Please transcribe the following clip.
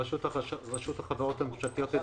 רשות החברות הממשלתיות.